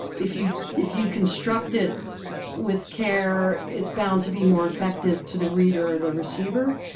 if you if you construct it with care, it's bound to be more effective to the reader or the receiver.